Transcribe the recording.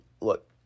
look